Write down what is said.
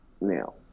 Now